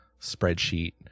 spreadsheet